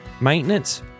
maintenance